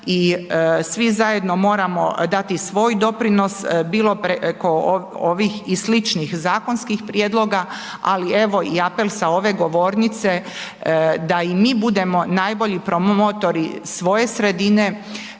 svi zajedno moramo dati svoj doprinos bilo preko ovih i sličnih zakonskih prijedloga ali evo i apel s ove govornice da i mi budemo najbolji promotori svoje sredine,